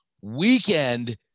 weekend